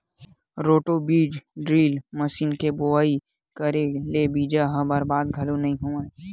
roto बीज drill मसीन म बोवई करे ले बीजा ह बरबाद घलोक नइ होवय